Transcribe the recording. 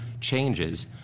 changes